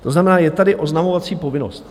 To znamená, je tady oznamovací povinnost.